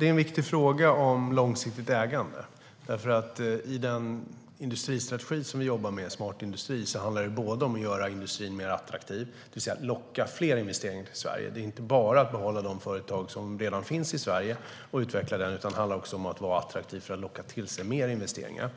Herr talman! Långsiktigt ägande är en viktig fråga. I den industristrategi som vi jobbar med, Smart industri, handlar det om att göra industrin mer attraktiv, det vill säga att locka fler investeringar till Sverige. Det handlar inte bara om att behålla de företag som redan finns i Sverige och utveckla dem, utan det handlar också om att vara attraktiva för att locka till oss mer investeringar.